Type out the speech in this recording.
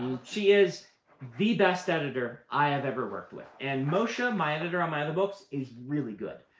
she is the best editor i have ever worked with. and moshe, my editor on my other books, is really good.